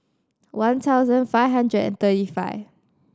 one thousand five hundred and thirty five